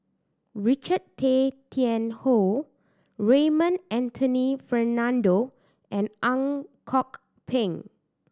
Richard Tay Tian Hoe Raymond Anthony Fernando and Ang Kok Peng